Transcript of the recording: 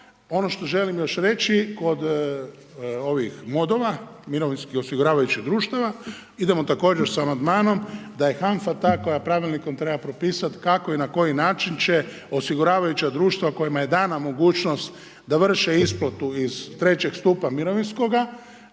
Ono što želim još reći kod MOD-ova, Mirovinskih osiguravajućih društava, idemo također s amandmanom da je HANFA ta koja pravilnikom treba propisat kako i na koji način će osiguravajuća društva kojima je dana mogućnost da vrše isplatu iz III. stupa mirovinskoga,